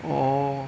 orh